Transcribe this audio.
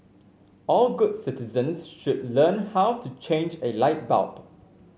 all good citizens should learn how to change a light bulb